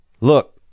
Look